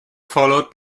followed